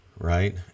Right